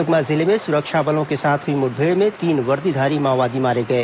सुकमा जिले में सुरक्षा बलों के साथ हुई मुठभेड़ में तीन वर्दीधारी माओवादी मारे गए